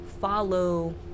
follow